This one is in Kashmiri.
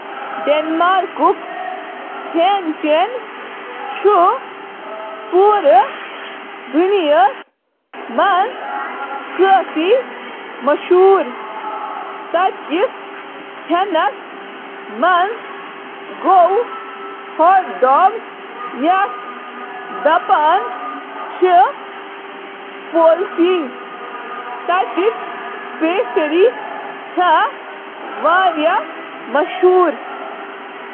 بٔڑۍ رٮ۪وٲیتی کھٮ۪ن چھِ اکثر گاڈٕ یا سورٕ ماز پٮ۪ٹھ مبنی آسان، کُنہِ ساتہٕ زٔمیٖنَس پٮ۪ٹھ تہٕ ماز بالہٕ پٲٹھۍ تٔلِتھ۔ "ڈنمارکُک قومی ڈِش" چُھ سٹیگٹ فلیسک - سورٕ مازٕک ٹُکرٕ، یُس کرکرا تام تُلنہٕ چُھ یوان، تہٕ پتہٕ چُھ سیوِتھ آلو تہٕ پارسلے سوسس سۭتۍ پیش یوان کرنہٕ۔